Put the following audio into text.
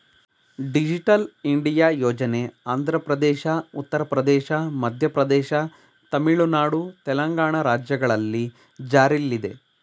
digital India ಯೋಜನೆ ಆಂಧ್ರಪ್ರದೇಶ, ಉತ್ತರ ಪ್ರದೇಶ, ಮಧ್ಯಪ್ರದೇಶ, ತಮಿಳುನಾಡು, ತೆಲಂಗಾಣ ರಾಜ್ಯಗಳಲ್ಲಿ ಜಾರಿಲ್ಲಿದೆ